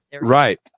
right